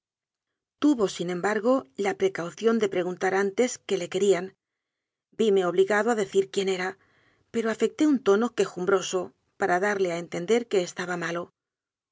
tuvo sin embargo la pre caución de preguntar antes qué le querían vime obligado a decir quién era pero afecté un tono quejumbroso para daiie a entender que estaba malo